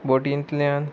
बोटींतल्यान